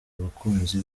abakunzi